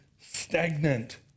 stagnant